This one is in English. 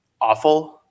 awful